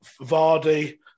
Vardy